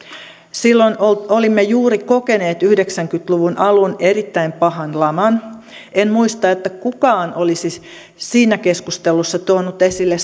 silloin olimme juuri kokeneet yhdeksänkymmentä luvun alun erittäin pahan laman en muista että kukaan olisi siinä keskustelussa tuonut esille